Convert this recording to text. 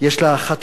יש לה חטאים